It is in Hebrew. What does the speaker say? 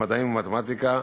במדעים ובמתמטיקה,